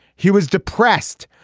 he was depressed.